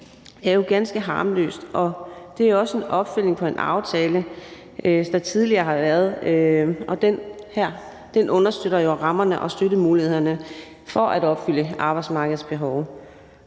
er jo ganske harmløst, og det er også en opfølgning på en aftale, der tidligere har været, og den her understøtter jo rammerne og støttemulighederne for at opfylde arbejdsmarkedets behov.